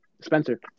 Spencer